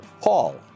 Paul